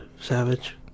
savage